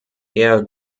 herr